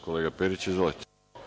Kolega Periću, izvolite.